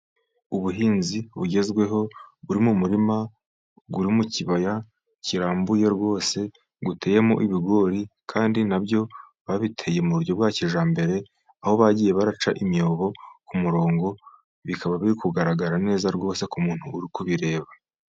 Ubuhinzi bugezweho, buri mu murima uri mu kibaya, kirambuye rwose, uteyemo ibigori, kandi nabyo babiteye mu buryo bwa kijyambere, aho bagiye baraca imyobo ku murongo, bikaba biri kugaragara neza rwose ku muntu uri kubireba.